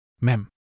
Mem